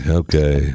okay